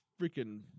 freaking